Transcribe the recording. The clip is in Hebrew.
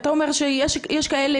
אתה אומר שיש כאלה,